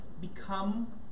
become